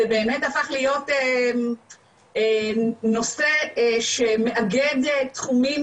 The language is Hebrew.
זה באמת הפך להיות נושא שמאגד תחומים